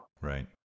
Right